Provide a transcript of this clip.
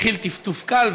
התחיל טפטוף קל,